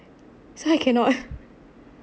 so I cannot